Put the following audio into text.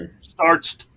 starts